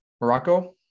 Morocco